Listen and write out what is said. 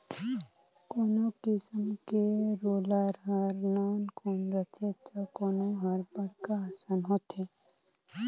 कोनो किसम के रोलर हर नानकुन रथे त कोनो हर बड़खा असन होथे